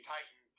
Titan